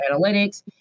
analytics